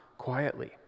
Quietly